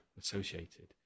associated